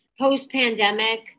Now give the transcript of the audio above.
Post-pandemic